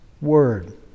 Word